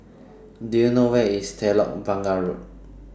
Do YOU know Where IS Telok Blangah Road